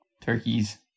turkeys